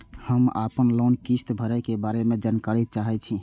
हम आपन लोन किस्त भरै के बारे में जानकारी चाहै छी?